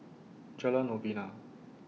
Jalan Novena